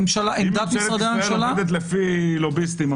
אם ממשלת ישראל עובדת לפי לוביסטים,